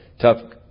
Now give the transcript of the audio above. Tough